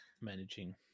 managing